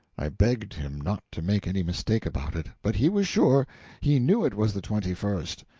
i begged him not to make any mistake about it but he was sure he knew it was the twenty first.